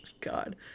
God